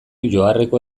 joarreko